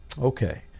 Okay